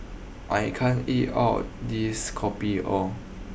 I can't eat all this Kopi O